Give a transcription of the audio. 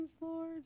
Lord